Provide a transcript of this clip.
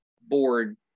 board